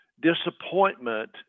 disappointment